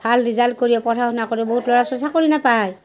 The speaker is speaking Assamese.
ভাল ৰিজাল্ট কৰিও পঢ়া শুনা কৰিও বহুত ল'ৰা ছোৱালীয়ে চাকৰি নাপায়